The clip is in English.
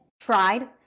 tried